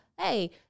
Hey